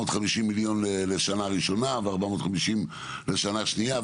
מיליון לשנה ראשונה ו-450 לשנה שנייה.